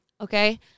Okay